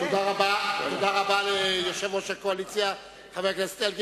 תודה רבה ליושב-ראש הקואליציה, חבר הכנסת אלקין.